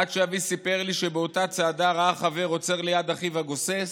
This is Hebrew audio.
עד שאבי סיפר לי שבאותה צעדה ראה חבר עוצר ליד אחיו הגוסס,